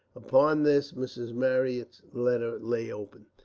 upon this mrs. marryat's letter lay open.